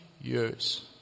Years